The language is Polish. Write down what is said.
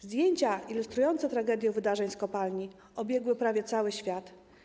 Zdjęcia ilustrujące tragedię wydarzeń z kopalni obiegły prawie cały świat.